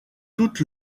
toute